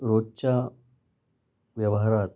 रोजच्या व्यवहारात